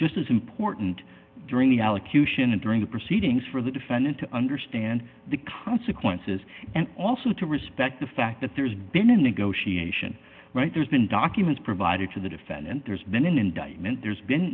just as important during the allocution and during the proceedings for the defendant to understand the consequences and also to respect the fact that there's been a negotiation right there's been documents provided to the defendant there's been an indictment there's been